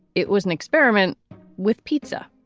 it was an experiment with pizza.